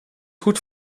goed